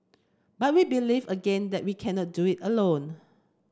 but we believe again that we cannot do it alone